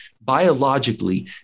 biologically